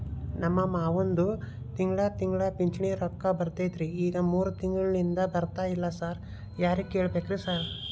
ನಮ್ ಮಾವಂದು ತಿಂಗಳಾ ತಿಂಗಳಾ ಪಿಂಚಿಣಿ ರೊಕ್ಕ ಬರ್ತಿತ್ರಿ ಈಗ ಮೂರ್ ತಿಂಗ್ಳನಿಂದ ಬರ್ತಾ ಇಲ್ಲ ಸಾರ್ ಯಾರಿಗ್ ಕೇಳ್ಬೇಕ್ರಿ ಸಾರ್?